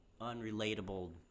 unrelatable